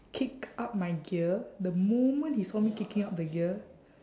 kicked up my gear the moment he saw me kicking up the gear